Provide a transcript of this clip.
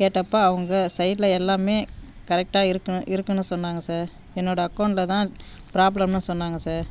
கேட்டப்போ அவங்க சைட்டில எல்லாமே கரெக்டாக இருக்குன்னு இருக்குன்னு சொன்னாங்க சார் என்னோட அக்கௌண்ட்டில தான் ப்ராப்ளம்னு சொன்னாங்க சார்